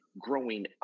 growing